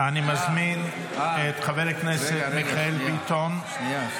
אני מזמין את חבר הכנסת מיכאל ביטון --- שנייה,